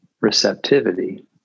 receptivity